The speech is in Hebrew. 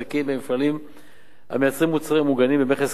במפעלים המייצרים מוצרים המוגנים במכס כיום.